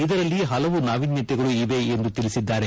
ಇದರಲ್ಲಿ ಹಲವು ನಾವಿನ್ಲತೆಗಳು ಇವೆ ಎಂದು ತಿಳಿಸಿದ್ದಾರೆ